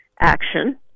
action